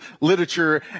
literature